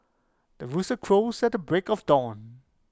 the rooster crows at the break of dawn